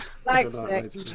Thanks